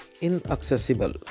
Inaccessible